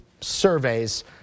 surveys